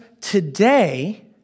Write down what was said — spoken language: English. today